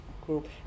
group